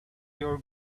your